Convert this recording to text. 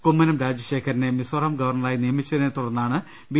കുമ്മനം രാജശേഖരനെ മിസോറാം ഗവർണറായി നിയമിച്ചതിനെ തുടർന്നാണ് ബി